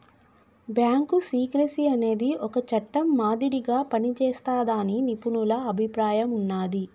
bank secrecy అనేది ఒక చట్టం మాదిరిగా పనిజేస్తాదని నిపుణుల అభిప్రాయం ఉన్నాది